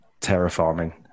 Terraforming